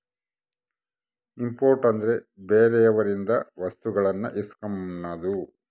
import ಅಂದ್ರೆ ಬೇರೆಯವರಿಂದ ವಸ್ತುಗಳನ್ನು ಇಸ್ಕನದು